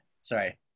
Sorry